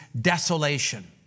desolation